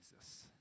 Jesus